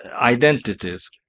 identities